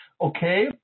okay